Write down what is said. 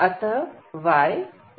अतः y0 है